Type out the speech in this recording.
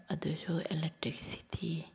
ꯑꯗꯨꯁꯨ ꯑꯦꯂꯦꯛꯇ꯭ꯔꯤꯛꯁꯤꯇꯤ